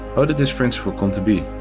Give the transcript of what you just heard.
how did this principle come to be?